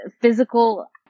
physical